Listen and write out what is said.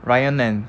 ryan and